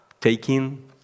taking